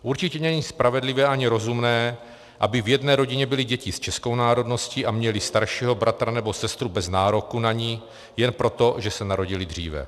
Určitě není spravedlivé ani rozumné, aby v jedné rodině byly děti s českou národností a měly staršího bratra nebo sestru bez nároku na ni jen proto, že se narodily dříve.